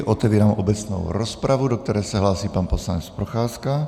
Otevírám obecnou rozpravu, do které se hlásí pan poslanec Procházka.